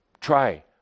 Try